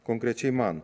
konkrečiai man